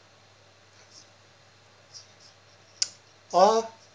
orh